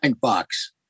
box